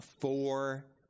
four